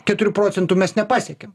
keturių procentų mes nepasiekėm